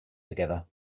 together